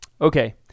Okay